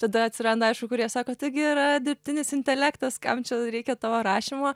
tada atsiranda aišku kurie sako taigi yra dirbtinis intelektas kam čia reikia tavo rašymo